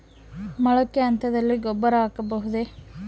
ಮೊಳಕೆ ಹಂತದಲ್ಲಿ ಗೊಬ್ಬರ ಹಾಕಬಹುದೇ?